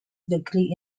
degree